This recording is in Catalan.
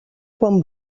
quan